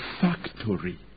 factory